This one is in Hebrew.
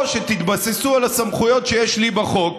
או שתתבססו על הסמכויות שיש לי בחוק.